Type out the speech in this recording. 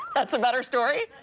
that's a better story.